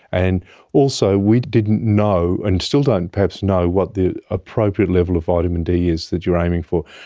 and also we didn't know and still don't perhaps know what the appropriate level of vitamin d is that you are aiming for,